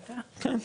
אני,